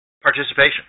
participation